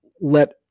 let